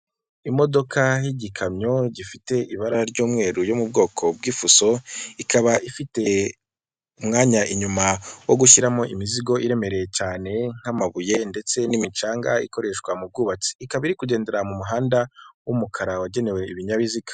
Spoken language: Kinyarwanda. Imodoka y'igikamyo gifite ibara ry'umweru yo mu bwoko bw'ifuso, ikaba ifite umwanya inyuma wo gushyiramo imizigo iremereye cyane nk'amabuye ndetse n'imicanga ikoreshwa mu bwutsi, ikaba iri kugendera mu muhanda w'umukara wagenewe ibinyabiziga.